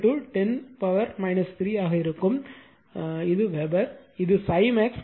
25 10 பவர்க்கு 3 ஆக இருக்கும் வெபர் இது ∅max 0